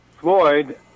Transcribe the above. Floyd